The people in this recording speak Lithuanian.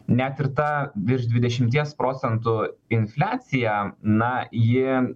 net ir tą virš dvidešimties procentų infliacija na ji